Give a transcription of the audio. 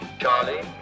Charlie